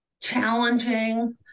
Challenging